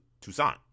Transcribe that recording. Tucson